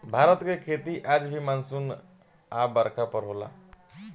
भारत के खेती आज भी मानसून आ बरखा पर होला